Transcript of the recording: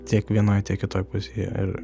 tiek vienoj tiek kitoj pusėje ir